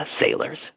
sailors